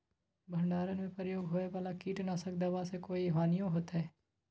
भंडारण में प्रयोग होए वाला किट नाशक दवा से कोई हानियों होतै?